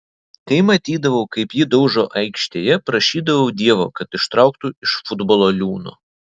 kai matydavau kaip jį daužo aikštėje prašydavau dievo kad ištrauktų iš futbolo liūno